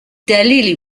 دلیلی